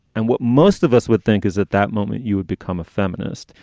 and what most of us would think is at that moment, you would become a feminist.